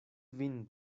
vin